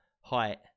height